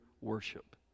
worship